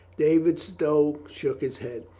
david stow shook his head.